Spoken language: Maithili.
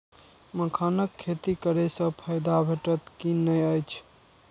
मखानक खेती करे स फायदा भेटत की नै अछि?